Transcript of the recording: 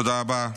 תודה רבה.